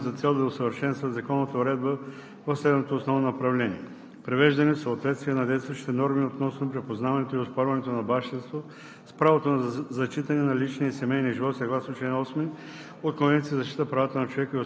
Законопроектът беше представен от заместник-министър Евгени Стоянов. Със Законопроекта се предлагат промени, които имат за цел да усъвършенстват законовата уредба в следното основно направление: Привеждане в съответствие на действащите норми относно припознаването и оспорването на бащинство